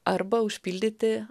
arba užpildyti